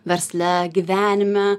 versle gyvenime